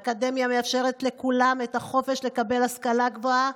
האקדמיה מאפשרת לכולם את החופש לקבל השכלה גבוהה,